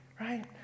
right